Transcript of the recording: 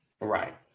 Right